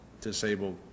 disabled